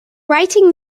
writing